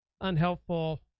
unhelpful